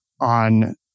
on